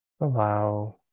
allow